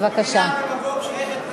המילה דמגוג שייכת לדמגוגים.